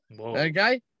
Okay